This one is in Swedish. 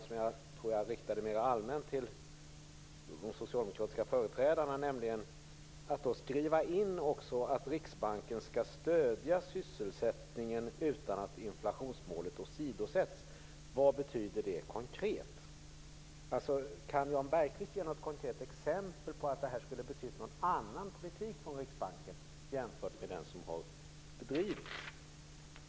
Den tror jag att jag riktade mer allmänt till de socialdemokratiska företrädarna. Den handlade om detta med att skriva in att Riksbanken skall stödja sysselsättningen utan att inflationsmålet åsidosätts. Vad betyder det konkret? Kan Jan Bergqvist ge något konkret exempel på att det här skulle ha betytt en annan politik från Riksbanken jämfört med den som har bedrivits?